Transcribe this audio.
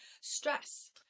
stress